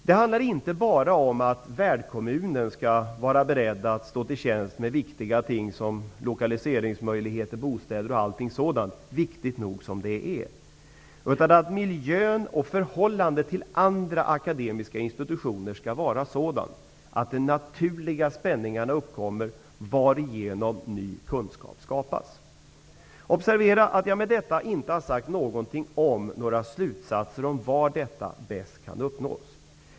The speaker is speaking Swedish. Det handlar inte bara om att värdkommunen skall vara beredd att stå till tjänst med viktiga ting såsom lokaler, bostäder osv. Miljön och förhållandet till andra akademiska institutioner skall vara sådant att de naturliga spänningarna uppkommer varigenom ny kunskap skapas. Observera att jag med detta inte har sagt något om några slutsatser om var detta bäst kan uppnås.